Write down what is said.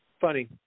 funny